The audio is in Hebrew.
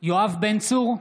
יואב בן צור,